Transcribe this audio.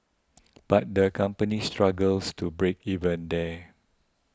but the company struggles to break even there